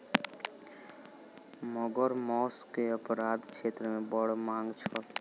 मगर मौस के अपराध क्षेत्र मे बड़ मांग छल